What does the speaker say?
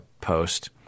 Post